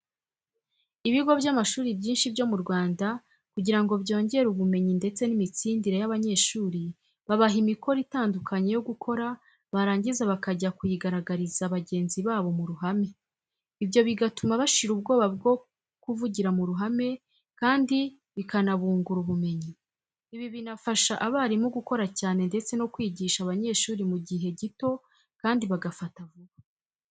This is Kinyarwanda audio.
Ibigo by'amashuri byinshi byo mu Rwanda kugira ngo byongere ubumenyi ndetse n'imitsindire y'abanyeshuri, babaha imikoro itandukanye yo gukora, barangiza bakajya kuyigaragariza bagenzi babo mu ruhame, ibyo bigatuma bashira ubwoba bwo kuvugira mu ruhame kandi bikanabungura ubumenyi. Ibi binafasha abarimu gukora cyane ndetse no kwigisha abanyeshuri mu gihe gito kandi bagafata vuba.